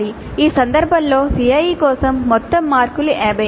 ఈ సందర్భంలో CIE కోసం మొత్తం మార్కులు 50